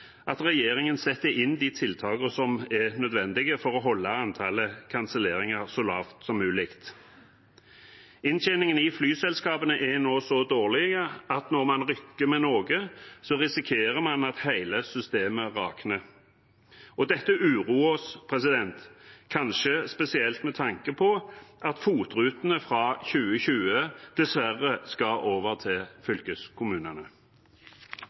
at regjeringen setter inn de tiltakene som er nødvendige for å holde antallet kanselleringer så lavt som mulig. Inntjeningen i flyselskapene er nå så dårlig at når man rokker ved noe, risikerer man at hele systemet rakner. Dette uroer oss – kanskje spesielt med tanke på at FOT-rutene fra 2020 dessverre skal over til fylkeskommunene.